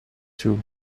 two